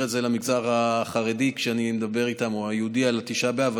ואני אומר את זה למגזר החרדי או היהודי כשאני מדבר איתם על תשעה באב,